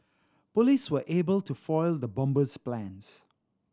police were able to foil the bomber's plans